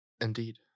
Indeed